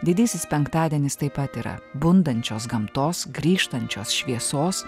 didysis penktadienis taip pat yra bundančios gamtos grįžtančios šviesos